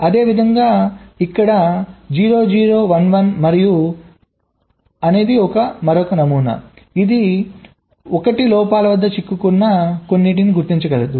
అదేవిధంగా ఇక్కడ 0 0 1 1 మరియు ఇది మరొక నమూనా ఇది 1 లోపాల వద్ద చిక్కుకున్న కొన్నింటిని గుర్తించగలదు